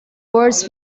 words